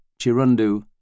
Chirundu